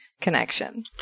connection